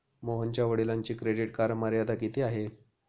मोहनच्या वडिलांची credit card मर्यादा किती आहे?